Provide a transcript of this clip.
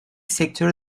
sektörü